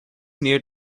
near